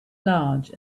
large